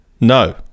No